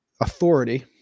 authority